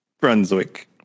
Brunswick